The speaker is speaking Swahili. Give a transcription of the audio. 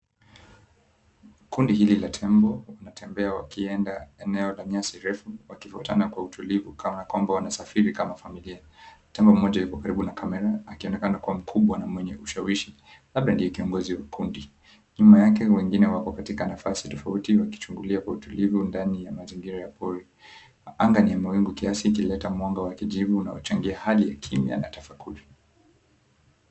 Kundi hili la tembo wanatembea wakienda eneo la nyasi refu wakifuatana kwa utulivu kama kombo wana safiri kama familia. Tembo moja iko karibu na kamera akionekana kuwa mkubwa na mwenye ushawishi labda ndiye kiongozi wa kikundi. Nyuma yake wengine wako katika nafasi tofauti wakichungulia kwa utulivu ndani ya ya mazingira ya pori. Anga ina mawingu kiasi ikileta mwanga wa kijivu unaochangia hali ya kimya na tafakuri.